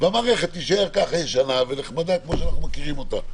והמערכת תישאר ככה ישנה ונחמדה כמו שאנחנו מכירים אותה.